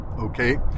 Okay